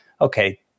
Okay